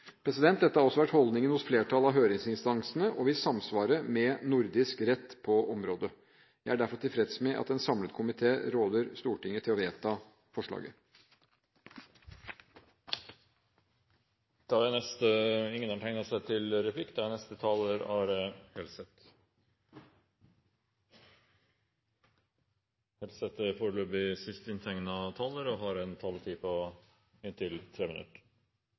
Dette har også vært holdningen hos flertallet av høringsinstansene og vil samsvare med nordisk rett på området. Jeg er derfor tilfreds med at en samlet komité råder Stortinget til å vedta forslaget. De talere som heretter får ordet, har en taletid på inntil 3 minutter. Arbeidet med kvalitet og pasientsikkerhet går i riktig retning, har faglig og